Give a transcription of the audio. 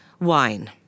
Wine